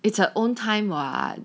it's her own time [what]